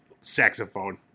saxophone